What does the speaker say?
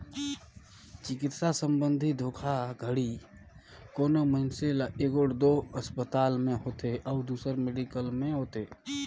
चिकित्सा संबंधी धोखाघड़ी कोनो मइनसे ल एगोट दो असपताल में होथे अउ दूसर मेडिकल में होथे